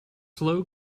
slow